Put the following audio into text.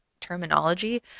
terminology